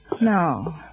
No